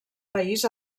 país